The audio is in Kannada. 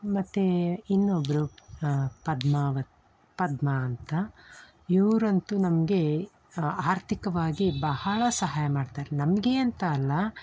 ಮತ್ತು ಇನ್ನೊಬ್ಬರು ಪದ್ಮಾವತಿ ಪದ್ಮಾ ಅಂತ ಇವರಂತೂ ನಮಗೆ ಆರ್ಥಿಕವಾಗಿ ಬಹಳ ಸಹಾಯ ಮಾಡ್ತಾರೆ ನಮಗೇ ಅಂತಲ್ಲ